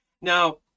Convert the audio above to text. Now